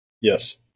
Yes